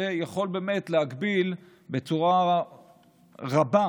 שיכול באמת להגביל בצורה רבה,